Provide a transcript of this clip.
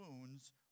wounds